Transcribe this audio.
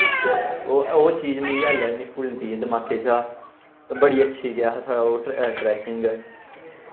ते ओह् ओह् चीज मिगी आह्लें बी निं भुलदी ऐ दमाके चा बड़ी अच्छी गेआ हा साढ़ा ओह् ट्रै ट्रैकिंग